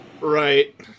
Right